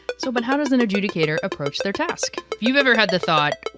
so but how does an adjudicator approach their task? if you've ever had the thought,